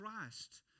Christ